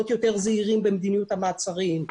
להיות יותר זהירים במדיניות המעצרים,